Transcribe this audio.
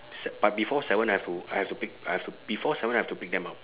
se~ but before seven I have to I have to pick I have to before seven I have to pick them up